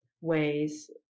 ways